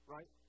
Right